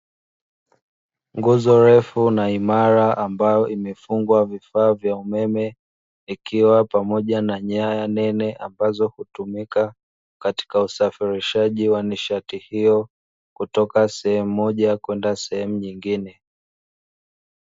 Nguzo refu na imara ambayo imefungwa vifaa vya umeme, ikiwa pamoja na nyaya nene ambazo hutumika katika usafirishaji wa nishati hiyo kutoka sehemu moja kwenda sehem nyingine.